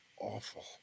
awful